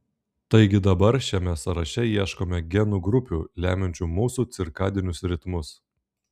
taigi dabar šiame sąraše ieškome genų grupių lemiančių mūsų cirkadinius ritmus